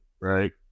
right